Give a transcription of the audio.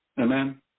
Amen